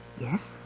Yes